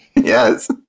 Yes